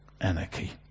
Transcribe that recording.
Anarchy